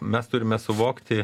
mes turime suvokti